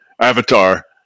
avatar